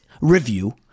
review